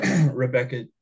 Rebecca